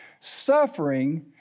Suffering